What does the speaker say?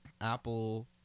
Apple